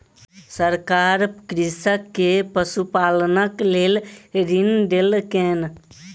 सरकार कृषक के पशुपालनक लेल ऋण देलकैन